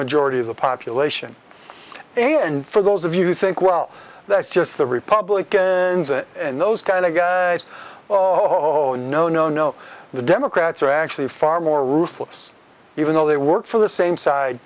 majority of the population and for those of you think well that's just the republicans and those kind of guys oh no no no the democrats are actually far more ruthless even though they work for the same side